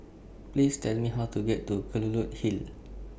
Please Tell Me How to get to Kelulut Hill